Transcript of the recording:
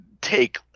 take